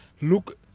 look